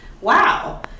wow